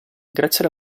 grazie